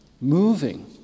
moving